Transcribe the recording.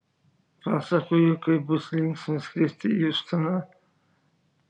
pasakoju kaip bus linksma skristi į hjustoną